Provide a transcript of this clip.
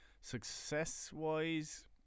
Success-wise